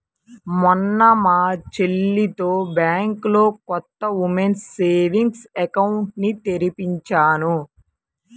మొన్న మా చెల్లితో బ్యాంకులో కొత్త ఉమెన్స్ సేవింగ్స్ అకౌంట్ ని తెరిపించాను